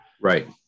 Right